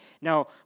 Now